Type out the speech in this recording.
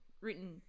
written